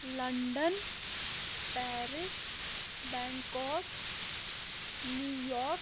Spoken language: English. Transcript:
London Paris Bangkok New York